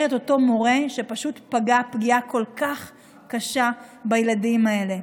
את אותו מורה שפגע פגיעה כל כך קשה בילדים האלה.